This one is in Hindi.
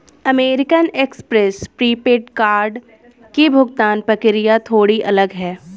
अमेरिकन एक्सप्रेस प्रीपेड कार्ड की भुगतान प्रक्रिया थोड़ी अलग है